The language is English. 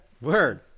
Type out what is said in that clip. word